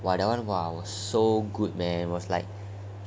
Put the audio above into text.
!wah! that one !wah! was so good man was like